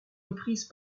reprise